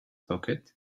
pocket